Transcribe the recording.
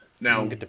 now